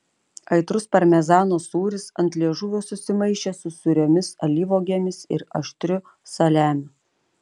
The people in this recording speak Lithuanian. aitrus parmezano sūris ant liežuvio susimaišė su sūriomis alyvuogėmis ir aštriu saliamiu